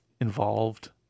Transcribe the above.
involved